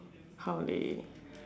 how they